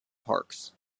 parks